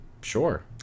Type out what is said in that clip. Sure